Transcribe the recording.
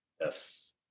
Yes